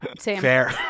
Fair